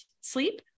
sleep